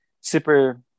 super